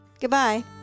Goodbye